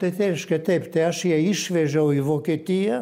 tai į tėviškę taip tai aš ją išvežiau į vokietiją